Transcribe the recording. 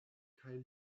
kaj